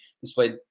displayed